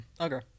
Okay